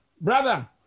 brother